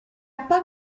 pas